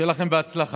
שיהיה לכם בהצלחה.